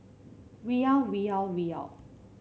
Riyal Riyal Riyal